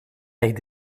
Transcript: echt